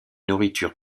nourriture